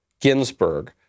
Ginsburg